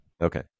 Okay